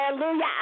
Hallelujah